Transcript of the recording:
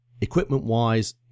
equipment-wise